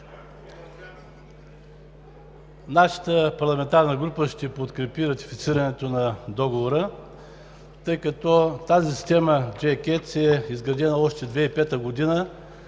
Нашата парламентарна група ще подкрепи ратифицирането на Договора, тъй като тази система JCATS е изградена още през 2005 г. на